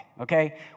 okay